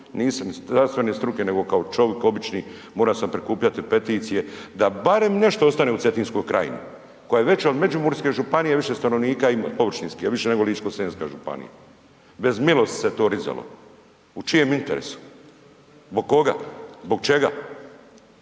iz zdravstvene struke, nego kao čovik obični, mora sam prikupljati peticije da barem nešto ostane u Cetinskoj krajini koja je veća od Međimurske županije, više stanovnika ima, površinski je više nego Ličko-senjska županija. Bez milosti se to rizalo. U čijem interesu? Zbog koga? Zbog čega?